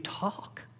talk